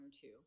two